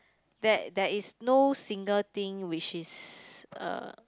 there there is no single thing which is uh